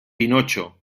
pinocho